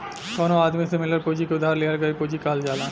कवनो आदमी से मिलल पूंजी के उधार लिहल गईल पूंजी कहल जाला